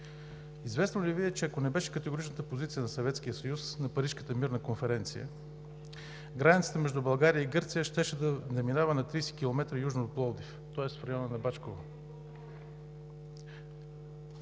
Известно ли Ви е, че, ако не бе категоричната позиция на Съветския съюз на Парижката мирна конференция, границата между България и Гърция щеше да минава на 30 километра южно от Пловдив, тоест в района Бачково?